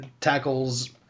tackles